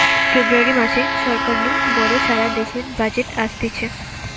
ফেব্রুয়ারী মাসে সরকার নু বড় সারা দেশের বাজেট অসতিছে